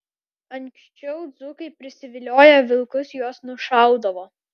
anksčiau dzūkai prisivilioję vilkus juos nušaudavo